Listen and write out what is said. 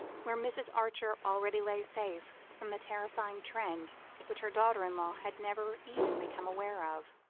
where mrs. archer already lay safe from the terrifying trend which her daughter-in-law had never even become aware of.